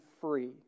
free